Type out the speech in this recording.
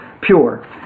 pure